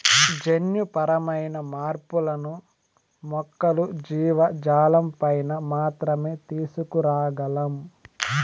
జన్యుపరమైన మార్పులను మొక్కలు, జీవజాలంపైన మాత్రమే తీసుకురాగలం